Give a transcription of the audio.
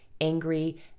angry